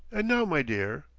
and now, my dear,